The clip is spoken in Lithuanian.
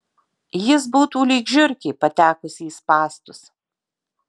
jis būtų lyg žiurkė patekusi į spąstus